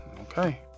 okay